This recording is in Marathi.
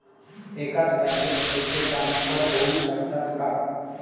एकाच बँकेत पैसे ट्रान्सफर होऊ शकतात का?